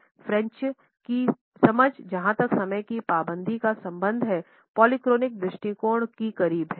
French की समझ जहां तक समय की पाबंदी का संबंध है पोलीक्रॉनिक दृष्टिकोण के करीब है